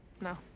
No